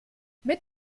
mit